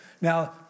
Now